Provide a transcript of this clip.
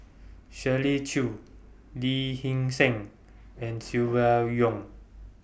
Shirley Chew Lee Hee Seng and Silvia Yong